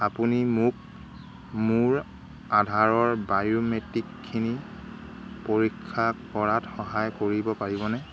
আপুনি মোক মোৰ আধাৰৰ বায়'মেট্ৰিকখিনি পৰীক্ষা কৰাত সহায় কৰিব পাৰিবনে